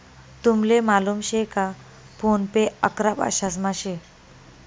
तुमले मालूम शे का फोन पे अकरा भाषांसमा शे